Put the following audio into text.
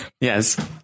Yes